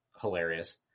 hilarious